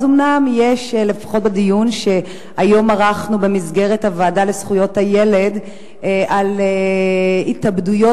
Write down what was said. אומנם בדיון שערכנו היום במסגרת הוועדה לזכויות הילד על התאבדויות